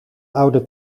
oude